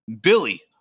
Billy